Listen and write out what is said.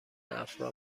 افرا